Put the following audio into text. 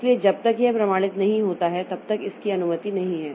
इसलिए जब तक यह प्रमाणित नहीं होता है तब तक इसकी अनुमति नहीं है